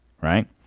right